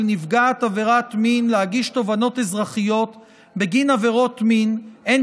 נפגעת עבירת מין להגיש תובענות אזרחיות בגין עבירות מין הן